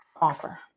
offer